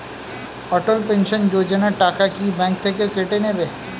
অটল pension Yojana টাকা কি bank থেকে কেটে নেবে?